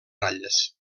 ratlles